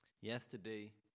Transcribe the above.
yesterday